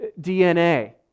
DNA